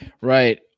right